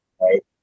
right